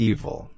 Evil